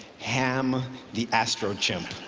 ham the astrochimp.